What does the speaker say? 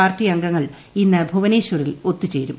പാർട്ടിയംഗങ്ങൾ ഇന്ന് ഭുവനേശ്വറിൽ ഒത്തു ചേരും